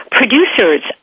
producers